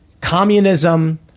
communism